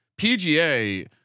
PGA